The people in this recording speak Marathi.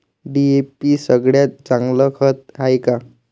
डी.ए.पी सगळ्यात चांगलं खत हाये का?